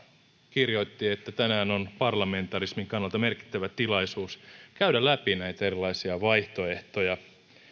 kirjoitti että tänään on parlamentarismin kannalta merkittävä tilaisuus käydä läpi näitä erilaisia vaihtoehtoja